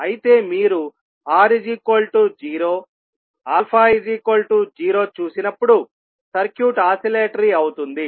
అయితే మీరు R 0 α 0 చూసినప్పుడు సర్క్యూట్ ఆసిలేటరీ అవుతుంది